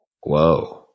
Whoa